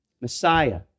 Messiah